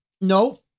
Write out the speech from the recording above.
No